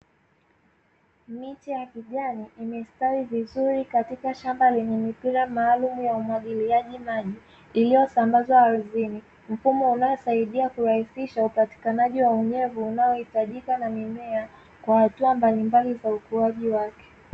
Miti ya kijani imestawi vizuri katika shamba lenye mipira maalumu ya umwagiliaji maji iliyosambazwa ardhini, mfumo unao saidia kurahisisha upatikanaji wa unyevu unaohitajika na mimea kwa hatua mbalimbali za ukuaji wake.